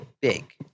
big